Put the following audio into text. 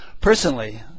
personally